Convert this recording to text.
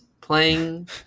playing